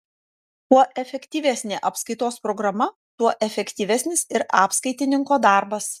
kuo efektyvesnė apskaitos programa tuo efektyvesnis ir apskaitininko darbas